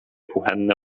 kuchenne